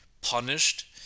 punished